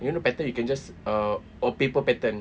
you know pattern you can just uh oh paper pattern